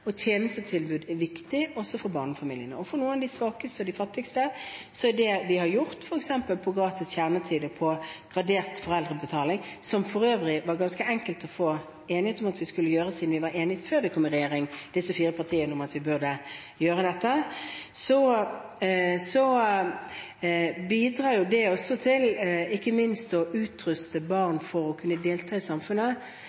og tjenestetilbud er viktig, også for barnefamiliene. For noen av de svakeste og fattigste vil det vi har gjort når det gjelder f.eks. gratis kjernetid og gradert foreldrebetaling – som for øvrig var ganske enkelt å få enighet om at vi skulle gjøre, siden disse fire partiene var enige om, før vi kom i regjering, at vi burde gjøre dette – bidra til ikke minst å utruste